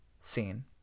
scene